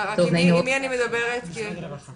בהקשר של קטינים מדובר במשפחות